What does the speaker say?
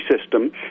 system